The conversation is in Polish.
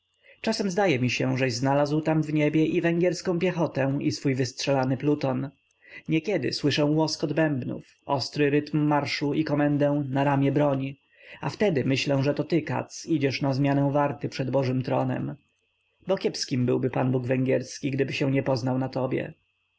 czasem zdaje mi się żeś znalazł tam w niebie i węgierską piechotę i swój wystrzelany pluton niekiedy słyszę łoskot bębnów ostry rytm marszu i komendę na ramię broń a wtedy myślę że to ty katz idziesz na zmianę warty przed bożym tronem bo kiepskim byłby pan bóg węgierski gdyby się nie poznał na tobie